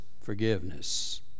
forgiveness